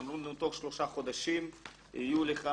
אמרו לנו, תוך שלושה חודשים יהיו לך